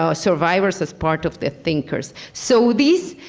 ah survivors as part of the thinkers. so these